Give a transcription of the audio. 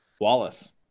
Wallace